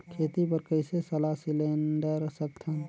खेती बर कइसे सलाह सिलेंडर सकथन?